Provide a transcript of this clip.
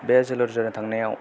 बे जोलुर जोनो थांनायाव